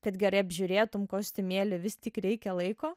kad gerai apžiūrėtum kostiumėlį vis tik reikia laiko